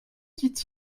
dit